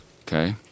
okay